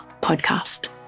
podcast